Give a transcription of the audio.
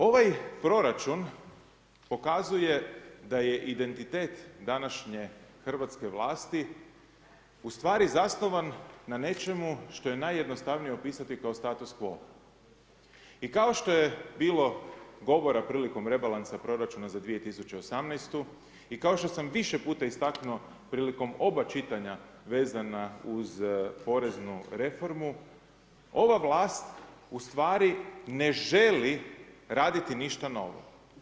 Ovaj proračun pokazuje da je identitet današnje hrvatske vlasti u stvari zasnovan na nečemu što je najjednostavnije opisati kao status qvo i kao što je bilo govora prilikom rebalansa proračuna za 2018. i kao što sam više puta istaknuo prilikom oba čitanja vezana uz oba čitanja vezana uz poreznu reformu, ova vlast u stvari ne želi raditi ništa novo.